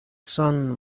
son